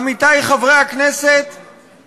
עמיתי חברי הכנסת,